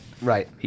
Right